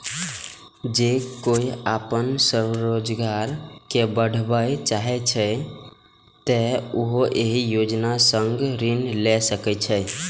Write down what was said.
जौं कोइ अपन स्वरोजगार कें बढ़ाबय चाहै छै, तो उहो एहि योजना सं ऋण लए सकै छै